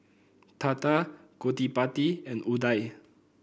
Tata Gottipati and Udai